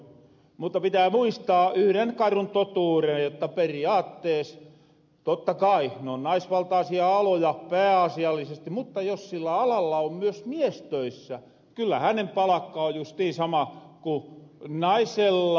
mutta pitää muistaa yhren karun totuuren jotta periaattees totta kai non naisvaltaasia aloja pääasiallisesti mutta jos sillä alalla on myös mies töissä kyllä hänen palakka on justiin sama ku naisella